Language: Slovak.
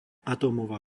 atómová